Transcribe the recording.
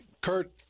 Kurt